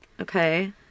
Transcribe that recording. Okay